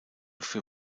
für